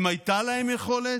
אם הייתה להם יכולת,